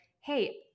hey